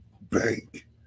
bank